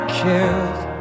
killed